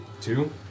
Two